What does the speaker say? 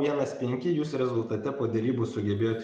vienas penki jūs rezultate po derybų sugebėjot